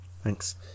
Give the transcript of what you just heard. thanks